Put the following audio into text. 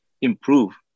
improve